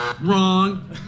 Wrong